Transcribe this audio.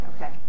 Okay